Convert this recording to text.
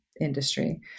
industry